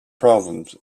problems